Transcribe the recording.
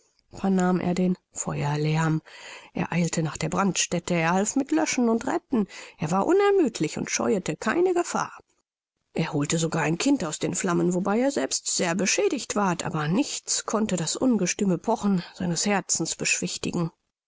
vernahm er den feuerlärm er eilte nach der brandstätte er half mit löschen und retten er war unermüdlich und scheuete keine gefahr er holte sogar ein kind aus den flammen wobei er selbst sehr beschädigt ward aber nichts konnte das ungestüme pochen seines herzens beschwichtigen